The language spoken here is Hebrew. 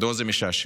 מדוע זה משעשע?